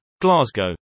Glasgow